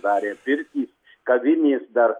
darė pirtys kavinės dar